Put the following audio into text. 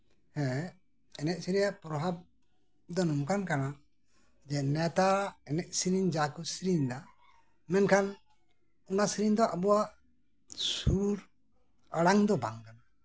ᱦᱮᱸ ᱮᱱᱮᱡ ᱥᱮᱨᱮᱧ ᱨᱮᱭᱟᱜ ᱯᱨᱚᱵᱷᱟᱵᱽ ᱫᱚ ᱱᱚᱝᱠᱟᱱ ᱠᱟᱱᱟ ᱱᱮᱛᱟᱨᱟᱜ ᱮᱱᱮᱡ ᱥᱮᱨᱮᱧ ᱡᱟᱠᱚ ᱥᱮᱨᱮᱧᱫᱟ ᱢᱮᱱᱠᱷᱟᱱ ᱚᱱᱟ ᱥᱮᱨᱮᱧ ᱫᱚ ᱟᱵᱚᱣᱟᱜ ᱥᱩᱨ ᱟᱲᱟᱝ ᱫᱚ ᱵᱟᱝ ᱠᱟᱱᱟ